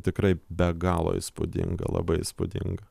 tikrai be galo įspūdinga labai įspūdinga